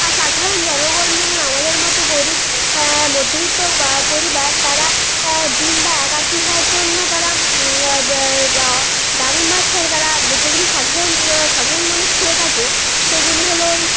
আর সাধারণ জণগন যেমন আমাদের মতো গরিব মধ্যবিত্ত পরিবার তারা দিন বা একাকি হওয়ার জন্য তারা দামি মাছ ছাড়া তারা যেগুলি সাধারণ সাধারণ মানুষ খেয়ে থাকে সেগুলি হল ওই